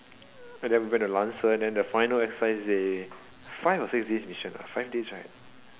and then we went to lancer then the final exercise they five or six days mission five days right